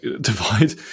divide